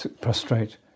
prostrate